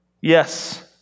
yes